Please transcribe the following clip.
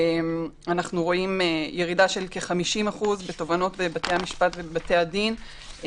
אנחנו רואים ירידה של כ-50% בתובענות בבתי המשפט ובבתי הדין.